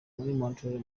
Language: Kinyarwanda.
montreal